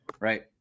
right